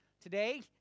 Today